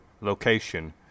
Location